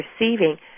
receiving